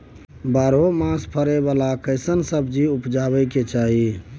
बारहो मास फरै बाला कैसन सब्जी उपजैब के चाही?